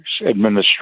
administration